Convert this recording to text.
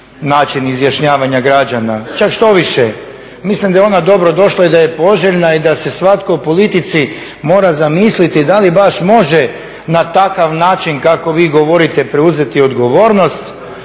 način izjašnjavanja građana. Čak štoviše, mislim da je ona dobrodošla i da je poželjna i da se svatko u politici mora zamisliti da li baš može na takav način kako vi govorite preuzeti odgovornost